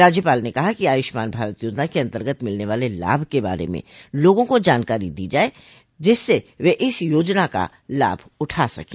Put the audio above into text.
राज्यपाल ने कहा कि आयुष्मान भारत योजना के अन्तर्गत मिलने वाले लाभ के बारे में लोगों को जानकारी दी जाये जिससे वे इस योजना का लाभ उठा सकें